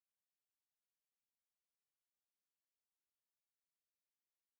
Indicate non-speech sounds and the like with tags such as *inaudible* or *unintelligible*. *unintelligible*